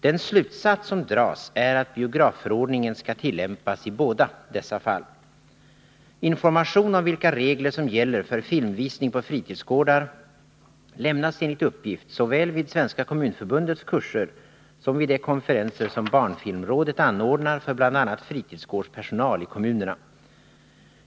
Den slutsats som dras är att biografförordningen skall tillämpas i båda dessa fall. Information om vilka regler som gäller för filmvisning på fritidsgårdar lämnas enligt uppgift såväl vid Svenska kommunförbundets kurser som vid de konferenser som barnfilmrådet anordnar för bl.a. fritidsgårdspersonal i 3” kommunerna.